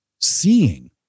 seeing